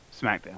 SmackDown